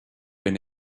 been